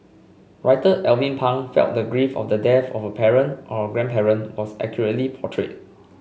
Writer Alvin Pang felt the grief of the death of a parent or a grandparent was accurately portrayed